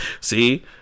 See